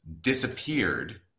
disappeared